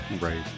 Right